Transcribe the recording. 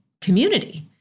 community